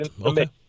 Okay